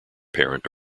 parent